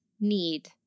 need